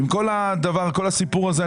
עם כל הסיפור הזה,